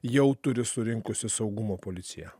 jau turi surinkusi saugumo policija